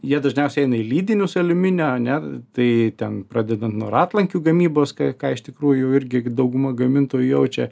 jie dažniausiai eina į lydinius aliuminio ne tai ten pradedant nuo ratlankių gamybos ką ką iš tikrųjų irgi dauguma gamintojų jaučia